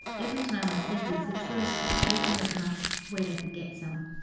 every time i said this a tourist would jokingly ask where they could get some.